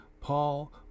Paul